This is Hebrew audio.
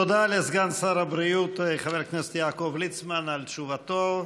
תודה לסגן שר הבריאות חבר הכנסת יעקב ליצמן על תשובותיו.